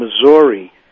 Missouri